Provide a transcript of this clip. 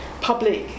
public